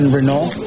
Renault